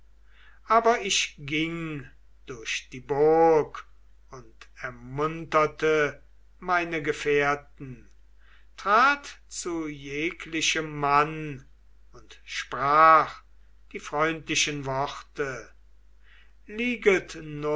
aber ich ging durch die burg und ermunterte meine gefährten trat zu jeglichem mann und sprach die freundlichen worte